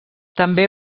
també